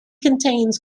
contains